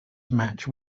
match